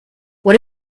what